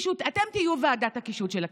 אתם תהיו ועדת הקישוט של הכנסת,